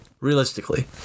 realistically